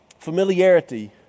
Familiarity